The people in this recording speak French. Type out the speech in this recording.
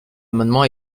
amendement